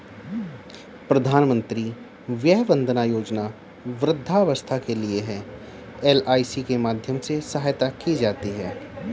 प्रधानमंत्री वय वंदना योजना वृद्धावस्था के लिए है, एल.आई.सी के माध्यम से सहायता की जाती है